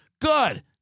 Good